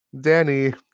danny